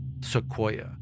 sequoia